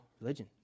religion